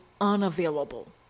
unavailable